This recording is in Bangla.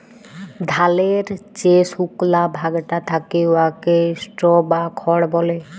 ধালের যে সুকলা ভাগটা থ্যাকে উয়াকে স্ট্র বা খড় ব্যলে